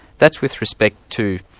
that's with respect to,